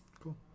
Cool